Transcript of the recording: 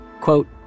Quote